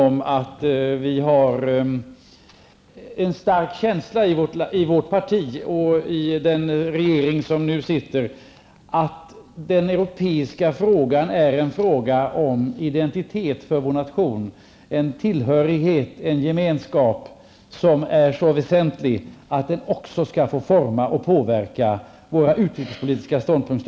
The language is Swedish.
Vi i vårt parti, och det gäller för övrigt också den nuvarande regeringen, anser nämligen att den europeiska frågan är en fråga om vår nations identitet. Det handlar om en tillhörighet, en gemenskap, som är så väsentlig att den också skall få forma och påverka våra utrikespolitiska ståndpunkter.